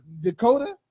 Dakota